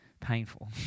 painful